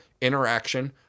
interaction